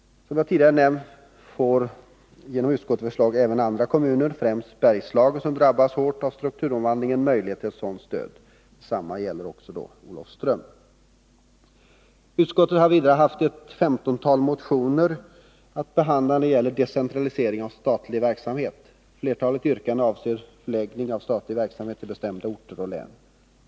Som jag tidigare nämnt får genom utskottets förslag även andra kommuner, främst i Bergslagen där man drabbats hårt av strukturomvandlingen, möjligheter till sådant stöd. Detsamma gäller Olofström. Utskottet har haft att behandla ett femtontal motioner som gäller decentralisering av statlig verksamhet. Flertalet yrkanden avser förläggning av statlig verksamhet till bestämda orter och län.